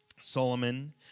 Solomon